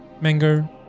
Mango